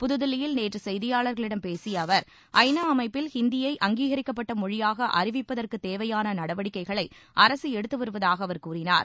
புத்தில்லியில் நேற்று செய்தியாளர்களிடம் பேசிய அவர் ஐநா அமைப்பில் ஹிந்தியை அங்கீகரிக்கப்பட்ட மொழியாக அறிவிப்பதற்கு தேவையான நடவடிக்கைகளை அரசு எடுத்துவருவதாக அவர் கூறினார்